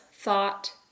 thought